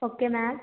okay ma'am